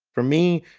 for me,